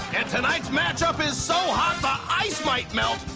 tonight's matchup is so hot, the ice might melt.